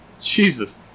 Jesus